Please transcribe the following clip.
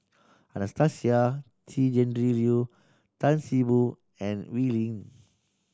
Anastasia Tjendri Liew Tan See Boo and Wee Lin